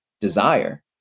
desire